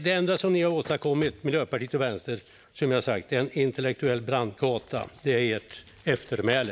Det enda som Miljöpartiet och Vänsterpartiet har åstadkommit är en intellektuell brandgata. Det är ert eftermäle.